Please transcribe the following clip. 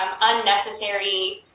unnecessary